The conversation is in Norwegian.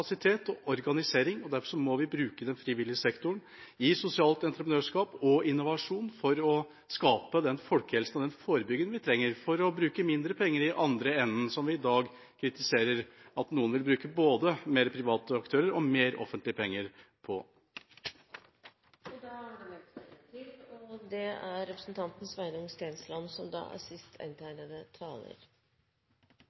kapasitet og organisering. Derfor må vi bruke den frivillige sektoren i sosialt entreprenørskap og innovasjon for å skape den folkehelsen og forebyggingen vi trenger for å bruke mindre penger i den andre enden – som vi i dag kritiserer at noen vil bruke både mer private aktører og mer offentlige penger på. Det har vært interessant å følge denne debatten. Vi skal vedta et budsjett som angår de fleste i Norge. Helsevesenet har mange ansatte og